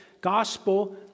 gospel